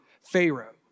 Pharaoh